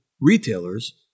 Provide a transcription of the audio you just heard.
retailers